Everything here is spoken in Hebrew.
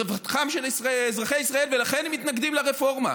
לרווחתם של אזרחי ישראל, ולכן הם מתנגדים לרפורמה,